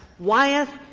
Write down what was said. wyeth,